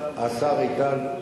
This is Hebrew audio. השר איתן,